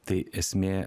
tai esmė